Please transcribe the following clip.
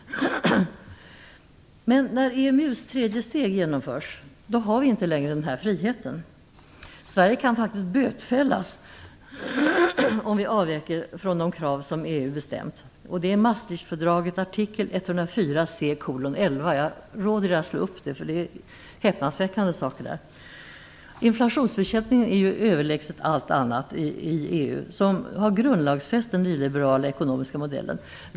Men när EMU:s tredje steg genomförs har vi inte längre den här friheten. Sverige kan faktiskt bötfällas om vi avviker från de krav som EU bestämt, enligt Maastrichtfördraget artikel 104 c:11. Jag råder er att slå upp den, för det står häpnadsväckande saker där. Inflationsbekämpning är ju överordnat allt annat i EU, som har grundlagsfäst den nyliberala ekonomiska modellen.